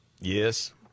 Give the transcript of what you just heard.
Yes